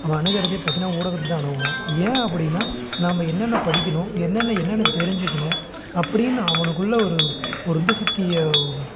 அவன் அணுகுவதே பார்த்திங்கனா ஊடகத்தைதான் அணுகுவான் ஏன் அப்படின்னா நாம் என்னென்ன படிக்கணும் என்னென்ன என்னென்ன தெரிஞ்சுக்கணும் அப்படின்னு அவனுக்குள்ளே ஒரு ஒரு உந்து சக்திய